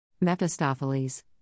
Mephistopheles